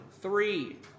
three